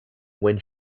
when